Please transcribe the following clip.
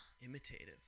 Imitative